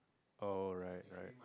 oh right right